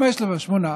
אבל שמונה.